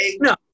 No